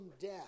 death